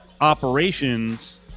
operations